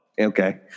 okay